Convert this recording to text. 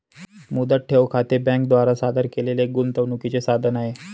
मुदत ठेव खाते बँके द्वारा सादर केलेले एक गुंतवणूकीचे साधन आहे